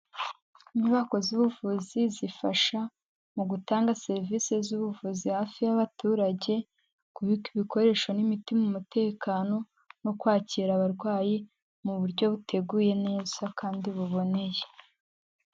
Inyubako z'ubuvuzi zifasha mu gutanga serivisi z'ubuvuzi hafi y'abaturage, kubika ibikoresho n'imiti mu mutekano no kwakira abarwayi mu buryo buteguye neza kandi buboneye.